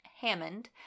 Hammond